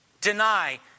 deny